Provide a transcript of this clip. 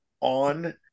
on